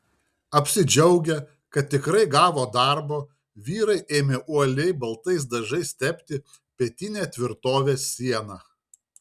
apsidžiaugę kad tikrai gavo darbo vyrai ėmė uoliai baltais dažais tepti pietinę tvirtovės sieną